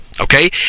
Okay